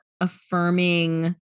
affirming